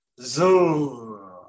Zoom